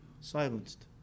Silenced